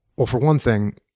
but for one thing,